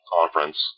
Conference